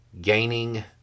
gaining